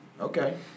Okay